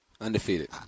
Undefeated